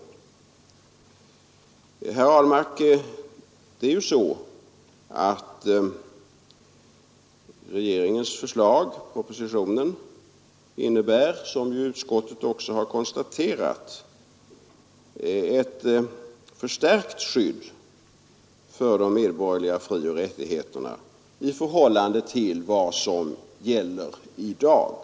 Som också utskottet konstaterat innebär propositionen ett förstärkt skydd för de medborgerliga frioch rättigheterna i förhållande till vad som gäller i dag.